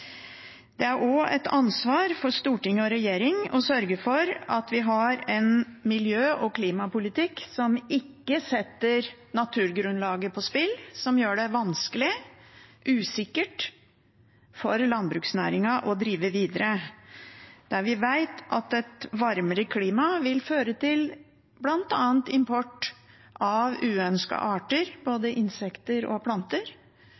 Det er også et ansvar for storting og regjering å sørge for at vi har en miljø- og klimapolitikk som ikke setter naturgrunnlaget på spill, som gjør det vanskelig og usikkert for landbruksnæringen å drive videre. Vi vet at et varmere klima vil føre til bl.a. import av uønskede arter, både insekter og planter,